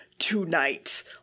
Tonight